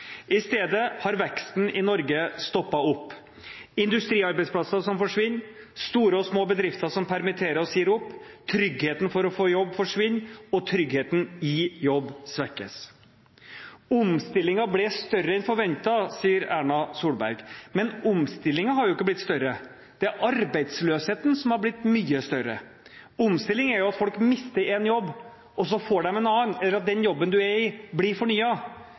I stedet har veksten i Norge stoppet opp. Industriarbeidsplasser forsvinner, store og små bedrifter permitterer og sier opp, tryggheten for å få jobb forsvinner, og tryggheten i jobb svekkes. Omstillingen ble større enn forventet, sier Erna Solberg. Men omstillingen har ikke blitt større. Det er arbeidsløsheten som har blitt mye større. Omstilling er at folk mister en jobb, og så får de en annen, eller at den jobben man er i, blir